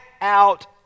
out